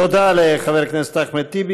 תודה לחבר הכנסת אחמד טיבי.